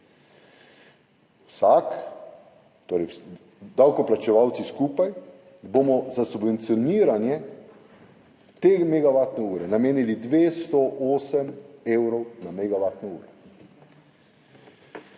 leto. Torej, davkoplačevalci skupaj bomo za subvencioniranje te megavatne ure namenili 208 evrov za megavatno uro.